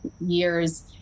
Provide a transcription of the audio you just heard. years